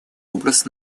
образ